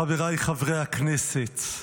חבריי חברי הכנסת,